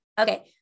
Okay